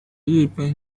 日本